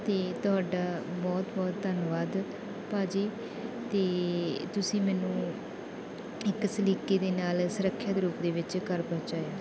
ਅਤੇ ਤੁਹਾਡਾ ਬਹੁਤ ਬਹੁਤ ਧੰਨਵਾਦ ਭਾਅ ਜੀ ਅਤੇ ਤੁਸੀਂ ਮੈਨੂੰ ਇੱਕ ਸਲੀਕੇ ਦੇ ਨਾਲ ਸੁਰੱਖਿਆ ਦੇ ਰੂਪ ਦੇ ਵਿੱਚ ਘਰ ਪਹੁੰਚਾਇਆ